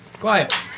Quiet